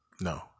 no